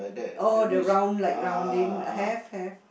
oh the round like rounding have have